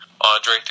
Andre